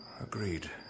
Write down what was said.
Agreed